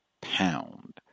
pound